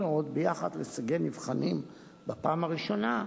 מאוד ביחס להישגי נבחנים בפעם הראשונה,